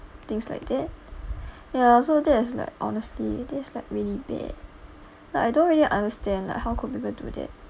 things like that ya so that is like honestly that's like really bad like I don't really understand like how could people do that